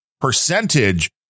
percentage